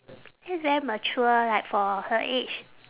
that's very mature like for her age